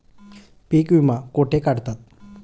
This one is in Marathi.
पीक विमा कुठे काढतात?